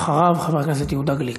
ואחריו, חבר הכנסת יהודה גליק.